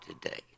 today